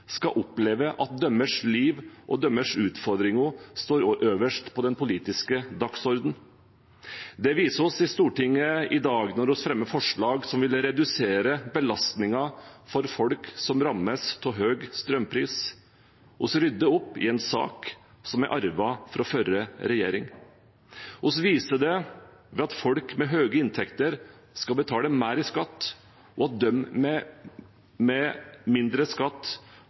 skal oppleve at deres liv og deres utfordringer står øverst på den politiske dagsordenen. Det viser vi i Stortinget i dag når vi fremmer forslag som vil redusere belastningen for folk som rammes av høy strømpris. Vi rydder opp i en sak som er arvet fra forrige regjering. Vi viser det ved at folk med høye inntekter skal betale mer i skatt, og at de som tjener under 750 000 kr, skal få mindre skatt.